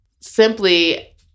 simply